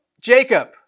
Jacob